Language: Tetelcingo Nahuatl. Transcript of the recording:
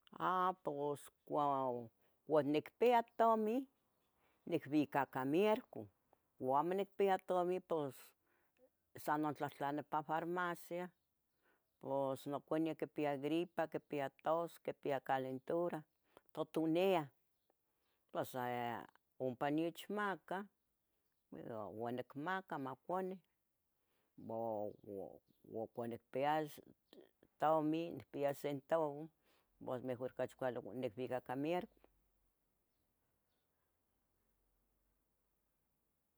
A pos cua cuanicpia tomin nibica ca miercu cua amo nicpia tominm pos sa notlahtlani pa farmacia, pos noconeu quipia gripa, quipia tos, quipia calentura, tutuniah pos sa ompa niechmacah ua nicmaca maconi, ua, ua, au cuanicpia ce tomin, nicpia centavuo, mejor ocachi cuali nicbica ca miercu